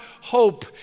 hope